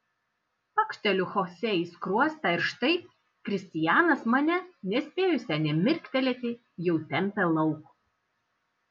pakšteliu chosė į skruostą ir štai kristianas mane nespėjusią nė mirktelėti jau tempia lauk